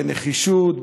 בנחישות,